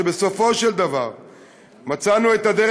שבסופו של דבר מצאנו את הדרך,